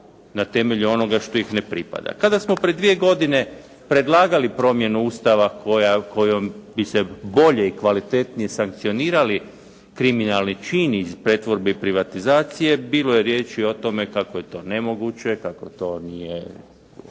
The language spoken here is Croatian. na temelju onoga što ih ne pripada. Kada smo prije 2 godine predlagali promjenu Ustava kojom bi se bolje i kvalitetnije sankcionirali kriminalni čini iz pretvorbe i privatizacije bilo je riječi o tome kako je to nemoguće, kako to nije